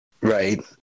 right